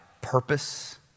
purpose